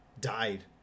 died